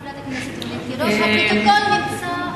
חברת הכנסת רונית תירוש,